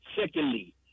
Secondly